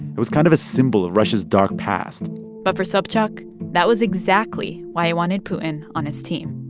it was kind of a symbol of russia's dark past but for sobchak, that was exactly why he wanted putin on his team